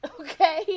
Okay